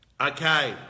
okay